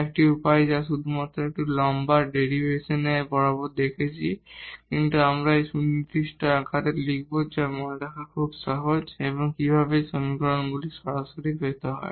একটি উপায় যা শুধু একটু লম্বা ডেরিভেশন বরাবর দেখেছি কিন্তু এখন আমরা এখানে আরো সুনির্দিষ্ট আকারে লিখব যা মনে রাখা খুব সহজ এবং কিভাবে এই সমীকরণগুলি সরাসরি পেতে হয়